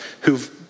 who've